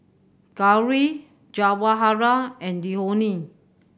Gauri Jawaharlal and Dhoni